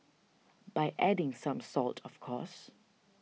by adding some salt of course